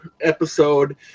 episode